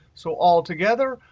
so altogether,